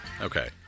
okay